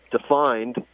defined